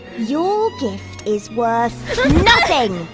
your gift is worth nothing!